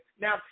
Now